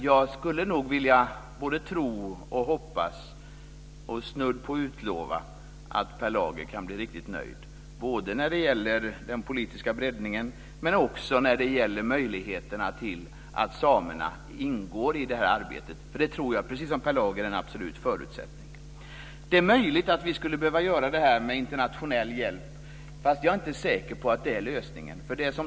Jag skulle vilja tro, hoppas och snudd på utlova att Per Lager kan bli riktigt nöjd både när det gäller den politiska breddningen men också möjligheterna för samerna att ingå i arbetet. Det tror jag, precis som Per Lager, är en absolut förutsättning. Det är möjligt att vi skulle behöva göra detta med internationell hjälp. Men jag är inte säker på att det är lösningen.